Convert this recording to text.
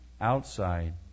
outside